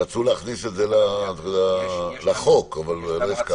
רצו להכניס את זה לחוק, אבל לא הסכמנו.